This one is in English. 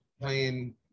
playing